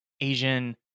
Asian